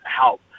help